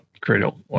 cradle